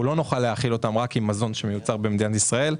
אנחנו לא נוכל להאכיל את כל האוכלוסייה רק עם מזון שמיוצר במדינת ישראל,